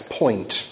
point